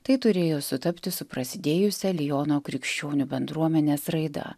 tai turėjo sutapti su prasidėjusia liono krikščionių bendruomenės raida